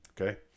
Okay